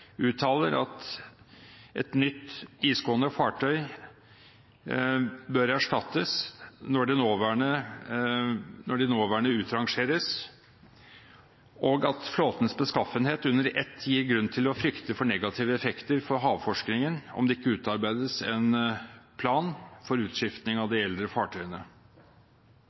uttaler at et nytt, isgående fartøy bør erstattes når de nåværende utrangeres, og at flåtens beskaffenhet under ett gir grunn til å frykte negative effekter for havforskningen om det ikke utarbeides en plan for utskifting av de eldre fartøyene.